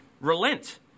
Relent